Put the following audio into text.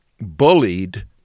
bullied